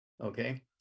okay